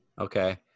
Okay